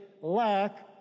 lack